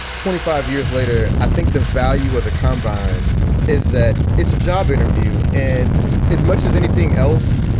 twenty five years later, i think the value of the combine is that it's a job interview. and as much as anything else,